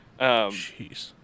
Jeez